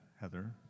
Heather